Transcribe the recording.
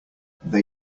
they